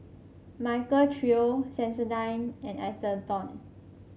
Michael Trio Sensodyne and Atherton